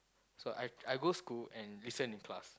so I I go school and listen in class